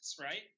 right